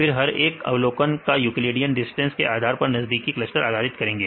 फिर हर एक अवलोकन का यूक्लिडियन डिस्टेंस के आधार पर नजदीकी क्लस्टर निर्धारित करें